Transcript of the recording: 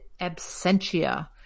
absentia